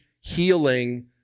healing